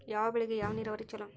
ಯಾವ ಬೆಳಿಗೆ ಯಾವ ನೇರಾವರಿ ಛಲೋ?